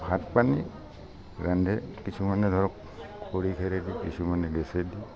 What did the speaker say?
ভাত পানী ৰান্ধে কিছুমানে ধৰক খৰি খেৰেদি কিছুমানে গেছেদি